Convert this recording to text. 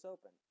Open